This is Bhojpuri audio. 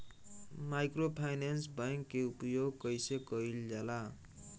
माइक्रोफाइनेंस बैंक के उपयोग कइसे कइल जाला?